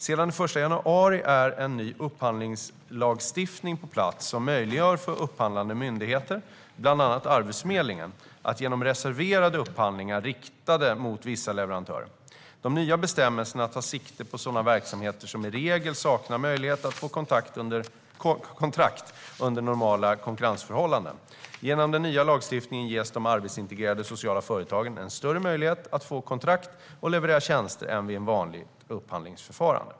Sedan den 1 januari är en ny upphandlingslagstiftning på plats som möjliggör för upphandlande myndigheter, bland annat Arbetsförmedlingen, att genomföra reserverade upphandlingar riktade mot vissa leverantörer. De nya bestämmelserna tar sikte på sådana verksamheter som i regel saknar möjligheter att få kontrakt under normala konkurrensförhållanden. Genom den nya lagstiftningen ges de arbetsintegrerande sociala företagen en större möjlighet att få kontrakt och leverera tjänster än vid ett vanligt upphandlingsförfarande.